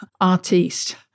artiste